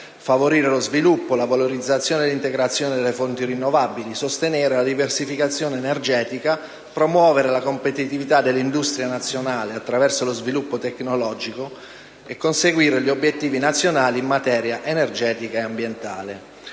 favorire lo sviluppo, la valorizzazione e l'integrazione delle fonti rinnovabili, sostenere la diversificazione energetica, promuovere la competitività dell'industria nazionale attraverso lo sviluppo tecnologico e conseguire gli obiettivi nazionali in materia energetica e ambientale.